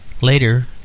Later